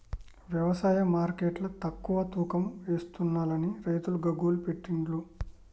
వ్యవసాయ మార్కెట్ల తక్కువ తూకం ఎస్తుంలని రైతులు గగ్గోలు పెట్టిన్లు